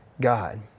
God